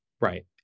Right